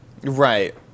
Right